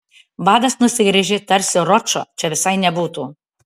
vadas nusigręžė tarsi ročo čia visai nebūtų